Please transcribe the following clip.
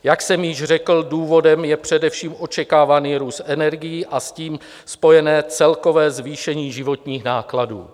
Jak jsem již řekl, důvodem je především očekávaný růst energií a s tím spojené celkové zvýšení životních nákladů.